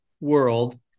world